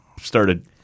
started